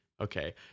Okay